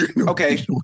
Okay